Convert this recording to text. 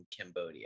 Cambodia